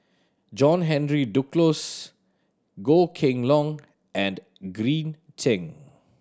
John Henry Duclos Goh Kheng Long and Green Zeng